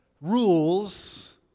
rules